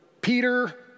Peter